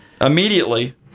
Immediately